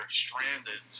stranded